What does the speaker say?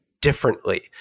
differently